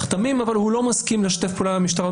תמים אבל הוא לא מסכים לשתף פעולה עם המשטרה.